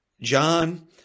John